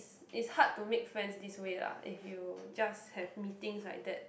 it's hard to make friends this way lah if you just have meetings like that